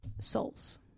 Souls